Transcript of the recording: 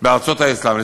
בארצות האסלאם, בארץ.